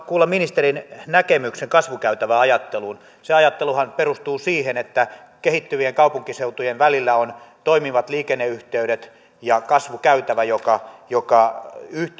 kuulla ministerin näkemyksen kasvukäytäväajatteluun se ajatteluhan perustuu siihen että kehittyvien kaupunkiseutujen välillä on toimivat liikenneyhteydet ja kasvukäytävä joka joka